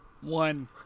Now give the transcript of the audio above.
one